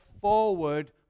forward